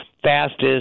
fastest